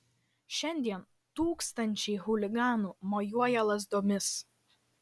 šiandien tūkstančiai chuliganų mojuoja lazdomis